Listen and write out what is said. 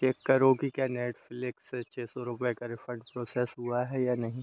check करो की क्या नेटफ़्लिक्स छ सौ रुपये का रिफ़ंड प्रोसेस हुआ है या नहीं